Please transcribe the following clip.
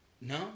No